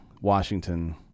Washington